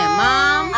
mom